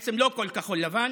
בעצם לא כל כחול לבן